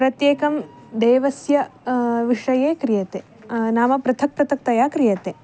प्रत्येकं देवस्य विषये क्रियते नाम पृथक् पृथक्तया क्रियते